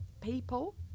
people